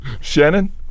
Shannon